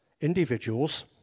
individuals